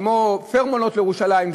"פורמולות" לירושלים,